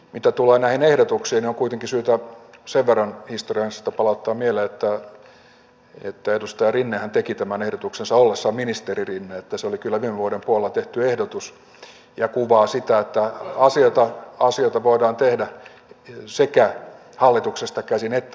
mitä tulee näihin ehdotuksiin niin on kuitenkin syytä sen verran historiaa ensin palauttaa mieleen että edustaja rinnehän teki tämän ehdotuksensa ollessaan ministeri rinne niin että se oli kyllä viime vuoden puolella tehty ehdotus ja se kuvaa sitä että asioita voidaan tehdä sekä hallituksesta käsin että oppositiosta käsin